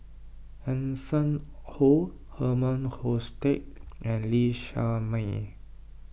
Hanson Ho Herman Hochstadt and Lee Shermay